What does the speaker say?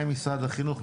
לפני משרד החינוך,